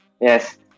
Yes